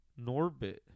Norbit